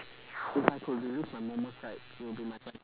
if I could relive my moments right it will be my grandf~